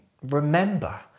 Remember